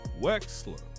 Wexler